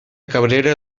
cabrera